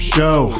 Show